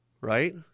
right